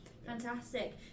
Fantastic